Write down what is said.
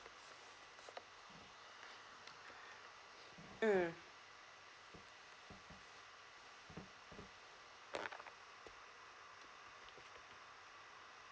mm